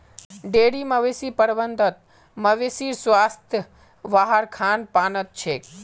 dairy मवेशी प्रबंधत मवेशीर स्वास्थ वहार खान पानत छेक